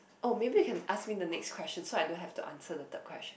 oh maybe you can ask me the next question so I don't have to answer the third question